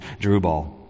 Jerubal